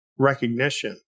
Recognition